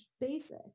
basic